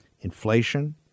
Inflation